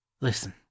listen